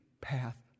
path